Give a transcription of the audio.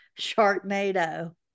sharknado